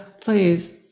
please